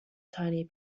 tiny